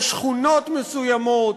יש שכונות מסוימות,